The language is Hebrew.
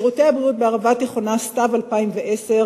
שירותי הבריאות בערבה התיכונה סתיו 2010,